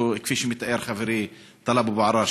כפי שמתאר חברי טלב אבו עראר,